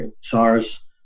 SARS